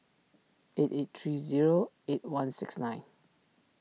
eight eight three zero eight one six nine